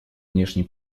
внешней